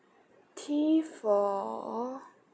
T for